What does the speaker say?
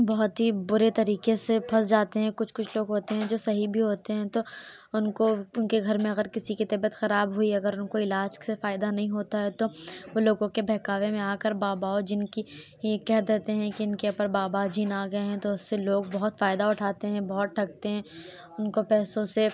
بہت ہی برے طریقے سے پھنس جاتے ہیں کچھ کچھ لوگ ہوتے ہیں جو صحیح بھی ہوتے ہیں تو ان کو ان کے گھر میں اگر کسی کی طبیعت خراب ہوئی اگر ان کو علاج سے فائدہ نہیں ہوتا ہے تو وہ لوگوں کے بہکاوے میں آ کر باباؤں جن کی یہ کہہ دیتے ہیں کہ ان کے اوپر بابا جن آ گئے ہیں تو ایسے لوگ بہت فائد اٹھاتے ہیں بہت ٹھگتے ہیں ان کو پیسوں سے